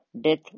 death